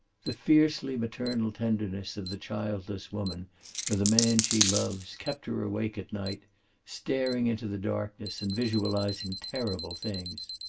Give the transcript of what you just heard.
the fiercely, maternal tenderness of the childless woman for the man she loves kept her awake at night staring into the darkness and visualizing terrible things.